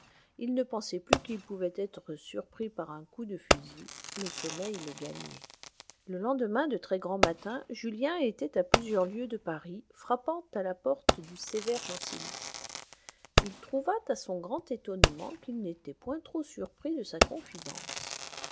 il ne pensait plus qu'il pouvait être surpris par un coup de fusil le sommeil le gagnait le lendemain de très grand matin julien était à plusieurs lieues de paris frappant à la porte du sévère janséniste il trouva à son grand étonnement qu'il n'était point trop surpris de sa confidence